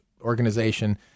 organization